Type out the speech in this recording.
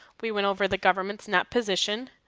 we went over the government net position,